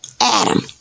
Adam